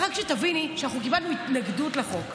רק שתביני, אנחנו קיבלנו התנגדות לחוק.